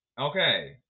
Okay